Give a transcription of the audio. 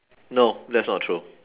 no that's not true